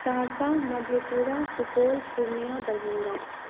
Saharsa Madhepura Supaul Purnia Darbhanga